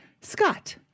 Scott